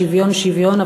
שוויון שוויון,